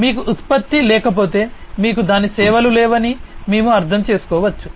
మీకు ఉత్పత్తి లేకపోతే మీకు దాని సేవలు లేవని మేము అర్థం చేసుకోవచ్చు